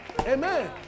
Amen